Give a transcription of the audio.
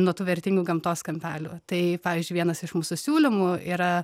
nuo tų vertingų gamtos kampelių tai pavyzdžiui vienas iš mūsų siūlymų yra